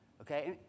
okay